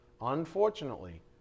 Unfortunately